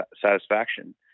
satisfaction